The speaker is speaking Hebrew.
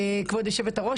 כבוד יושבת הראש,